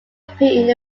appeared